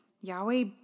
Yahweh